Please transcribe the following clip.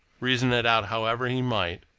reason it out however he might,